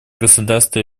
государства